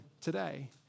today